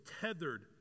tethered